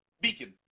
beacon